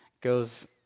goes